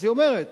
היא אומרת: